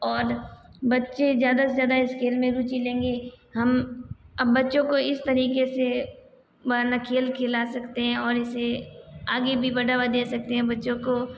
और बच्चे ज़्यादा से ज़्यादा इस खेल में रुचि लेंगे हम अब बच्चों को इस तरीके से माना खेल खिला सकते है और ऐसे आगे भी बढ़ावा दे सकते है बच्चों को